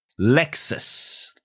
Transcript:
Lexus